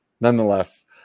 Nonetheless